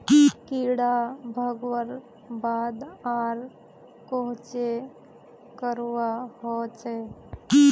कीड़ा भगवार बाद आर कोहचे करवा होचए?